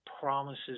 promises